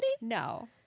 no